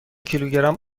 کیلوگرم